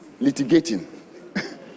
litigating